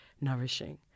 nourishing